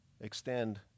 extend